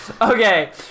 Okay